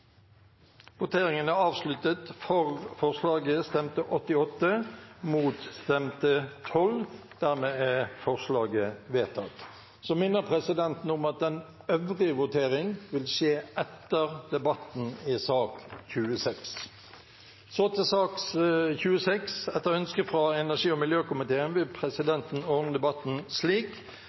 voteringen, er at saken behandles nå. Presidenten minner om at den øvrige votering vil skje etter debatten i sak nr. 26. Etter ønske fra energi- og miljøkomiteen vil presidenten ordne debatten slik: